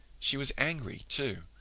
she was angry, too,